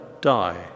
die